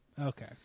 Okay